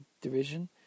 Division